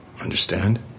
understand